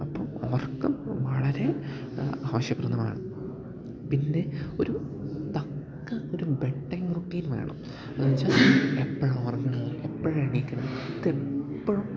അപ്പം ഉറക്കം വളരെ ആവശ്യപ്രദമാണ് പിന്നെ ഒരു തക്ക ഒരു ബെഡ് ടൈം റുട്ടീൻ വേണം എന്നു വച്ചാൽ എപ്പോഴാണ് ഉറങ്ങുന്നത് എപ്പോഴാണ് എണിക്കുന്നത് ഇത് എപ്പോഴും